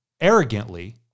arrogantly